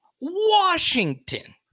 Washington